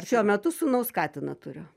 šiuo metu sūnaus katiną turiu